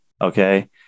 okay